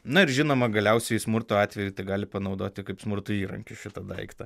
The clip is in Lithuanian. na ir žinoma galiausiai smurto atveju gali panaudoti kaip smurto įrankį šitą daiktą